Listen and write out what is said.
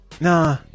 nah